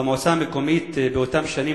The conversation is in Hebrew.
במועצה המקומית באותן שנים,